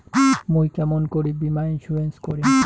মুই কেমন করি বীমা ইন্সুরেন্স করিম?